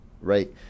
right